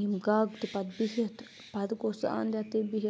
یِم گاگ تہِ پَتہٕ بِہِتھ پَتہٕ گوٚو سُہ اَند ہٮ۪تھٕے بِہِتھ